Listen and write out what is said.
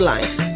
Life